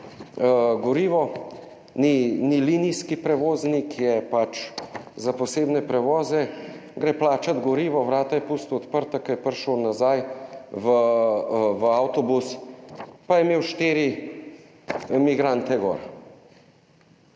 ni, ni linijski prevoznik, je pač, za posebne prevoze, gre plačat gorivo, vrata je pustil odprta, ko je prišel nazaj v avtobus, pa je imel štiri migrante gor.